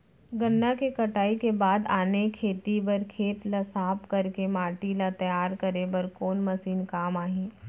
गन्ना के कटाई के बाद आने खेती बर खेत ला साफ कर के माटी ला तैयार करे बर कोन मशीन काम आही?